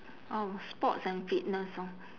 oh sports and fitness orh